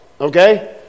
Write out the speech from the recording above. okay